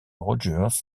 rogers